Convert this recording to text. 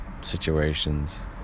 Situations